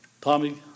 Tommy